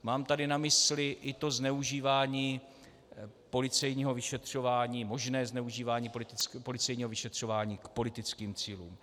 Mám tady na mysli i to zneužívání policejního vyšetřování, možné zneužívání policejního vyšetřování k politickým cílům.